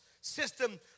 system